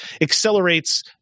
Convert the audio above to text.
accelerates